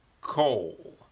coal